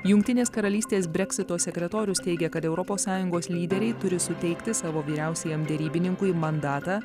jungtinės karalystės breksito sekretorius teigia kad europos sąjungos lyderiai turi suteikti savo vyriausiajam derybininkui mandatą